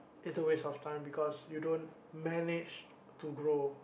it's a waste of time because you don't manage to grow